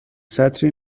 سطری